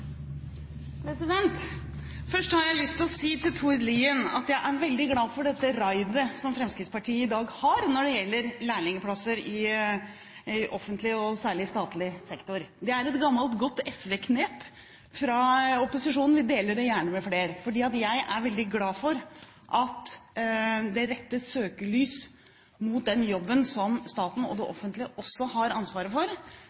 utdanning?» Først har jeg lyst å si til Tord Lien at jeg er veldig glad for det raidet som Fremskrittspartiet i dag har når det gjelder lærlingplasser i offentlig og særlig statlig sektor. Det er et gammelt godt SV-knep fra opposisjonen. Vi deler det gjerne med flere, for jeg er veldig glad for at det rettes søkelys mot den jobben staten og det offentlige også har ansvaret for